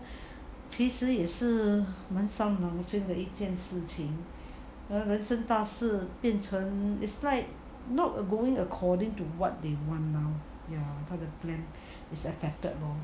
其实也是蛮三脑筋的一件事情人生大事变成 is like not going according to what they want now for the plan is affected lor